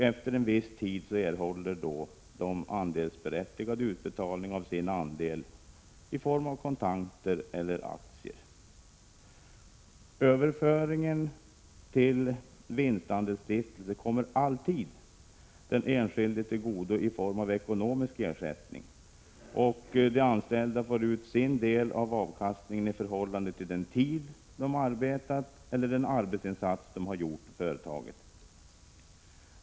Efter en viss tid erhåller de andelsberättigade utbetalning av sin andel i form av kontanter eller aktier. Överföringen till vinstandelsstiftelse kommer alltid den enskilde till godo i form av ekonomisk ersättning. De anställda får ut sin del av avkastningen i förhållande till den tid de arbetat eller den arbetsinsats de gjort i företaget.